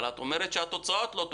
אבל את אומרת שהתוצאות לא טובות.